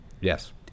yes